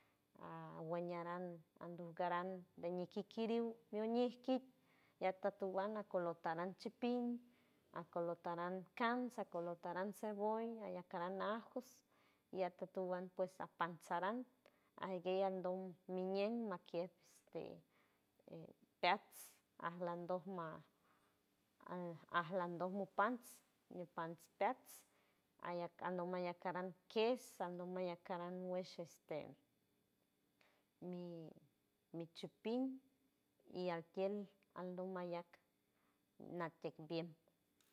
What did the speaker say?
Aguañaran andugrand dieñikikiriun niuñi kig rietotoguana colotaranchipim arcolotaran cansa colotaran cebolla iriacaran aajos y atotaguan pues apanzaran aiyeigandon miñein maquiej este e peacs almandoldmas andalmondolpans ñipans piejx ayack carandolain andonil kies andoncaray laindol wesh este mi michipil y aquiel andomayal natdediempo